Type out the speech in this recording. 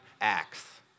Acts